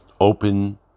Open